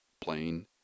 plain